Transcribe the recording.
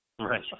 right